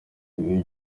ibi